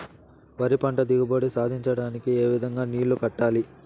వరి పంట దిగుబడి సాధించడానికి, ఏ విధంగా నీళ్లు కట్టాలి?